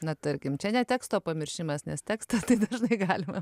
na tarkim čia ne teksto pamiršimas nes tekstą tai dažnai galime